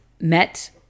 met